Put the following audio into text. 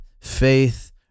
faith